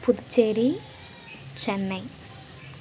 Puducherry Chennai